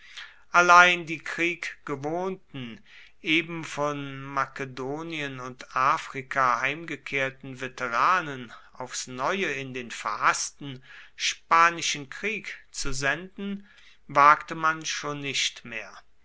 allein die krieggewohnten eben von makedonien und afrika heimgekehrten veteranen aufs neue in den verhaßten spanischen krieg zu senden wagte man schon nicht mehr